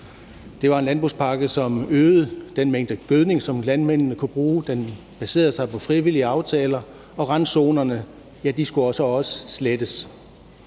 Det var en landbrugspakke, som øgede den mængde gødning, som landmændene kunne bruge, den baserede sig på frivillige aftaler, og randzonerne skulle så også slettes.